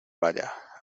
vaya